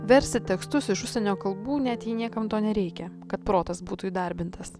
versti tekstus iš užsienio kalbų net jei niekam to nereikia kad protas būtų įdarbintas